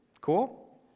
cool